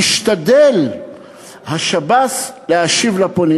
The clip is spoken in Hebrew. משתדל השב"ס להשיב לפונים".